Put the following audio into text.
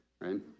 right